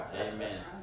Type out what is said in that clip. Amen